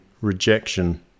rejection